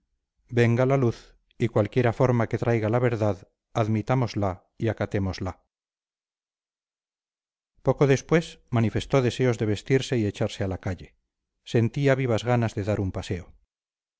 venga la luz y cualquiera forma que traiga la verdad admitámosla y acatémosla poco después manifestó deseos de vestirse y echarse a la calle sentía vivas ganas de dar un paseo